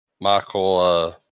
Michael